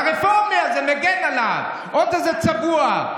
והרפורמי הזה מגן עליו, עוד איזה צבוע.